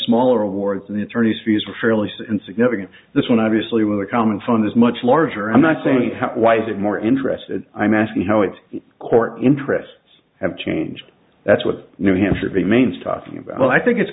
smaller awards and the attorney these are fairly insignificant this one obviously with a common fund is much larger i'm not saying why is it more interested i'm asking how it's court interests have changed that's what new hampshire v manes talking about i think it